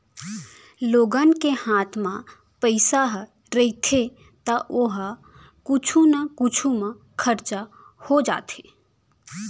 लोगन के हात म पइसा ह रहिथे त ओ ह कुछु न कुछु म खरचा हो जाथे